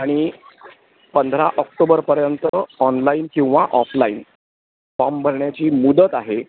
आणि पंधरा ऑक्टोबरपर्यंत ऑनलाईन किंवा ऑफलाईन फॉर्म भरण्याची मुदत आहे